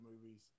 movies